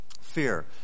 Fear